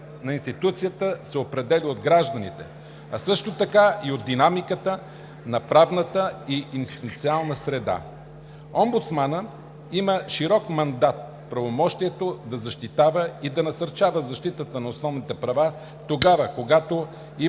на институцията се определя от гражданите, а също така и от динамиката на правната и институционалната среда. Омбудсманът има широк мандат, правомощието да защитава и да насърчава защитата на основните права тогава, когато има